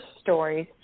stories